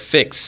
Fix